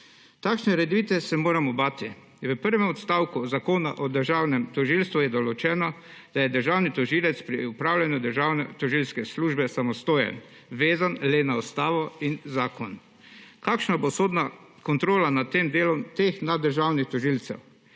Takšne ureditve se moramo bati. V prvem odstavku Zakona o državnem tožilstvu je določeno, da je državni tožilec pri opravljanju tožilske službe samostojen, vezan le na ustavo in zakon. Kakšna bo sodna kontrola nad tem delom teh naddržavnih tožilcev?